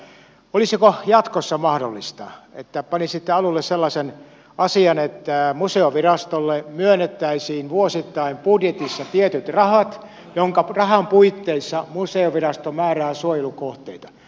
olisiko jatkossa mahdollista että panisitte alulle sellaisen asian että museovirastolle myönnettäisiin vuosittain budjetissa tietyt rahat joiden puitteissa museovirasto määrää suojelukohteita